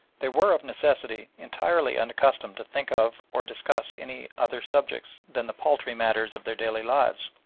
they were of necessity entirely unaccustomed to think of or discuss any other subjects than the paltry matters of their daily lives.